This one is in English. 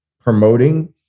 promoting